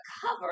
cover